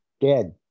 Dead